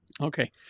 okay